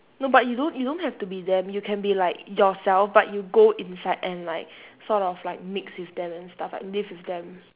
no but you don't you don't have to be them you can like be yourself but you go inside and like sort of like mix with them and stuff like live with them